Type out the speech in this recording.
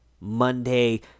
Monday